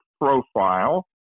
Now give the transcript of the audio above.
profile